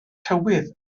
tywydd